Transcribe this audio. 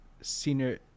Senior